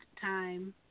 time